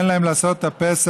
אין להם לעשות את הפסח,